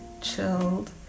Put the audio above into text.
chilled